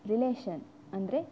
relation ಅಂದರೆ